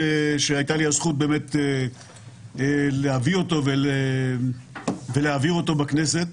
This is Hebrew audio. חוק-יסוד: שהייתה לי הזכות באמת להביא אותו ולהעביר אותו בכנסת,